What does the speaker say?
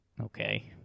okay